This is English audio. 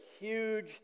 huge